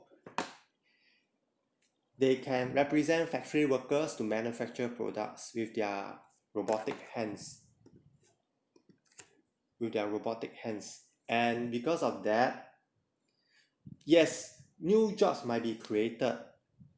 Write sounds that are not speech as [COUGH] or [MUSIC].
[NOISE] they can represent factory workers to manufacture products with their robotic [NOISE] hands with their robotic hands and because of that yes new jobs might be created